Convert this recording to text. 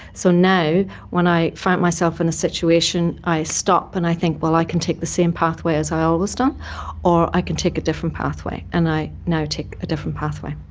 so now when i find myself in a situation i stop and i think, well, i can take the same pathway as i have always done or i can take a different pathway, and i now take a different pathway.